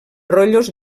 rotllos